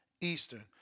Eastern